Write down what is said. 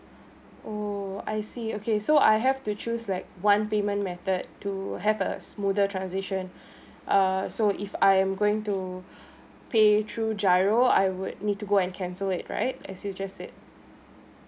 oh I see okay so I have to choose like one payment method to have a smoother transition err so if I am going to pay through GIRO I would need to go and cancel it right as you just said